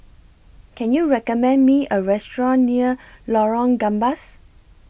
Can YOU recommend Me A Restaurant near Lorong Gambas